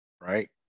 right